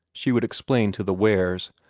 she would explain to the wares,